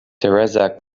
theresa